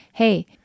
Hey